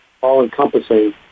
all-encompassing